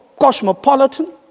cosmopolitan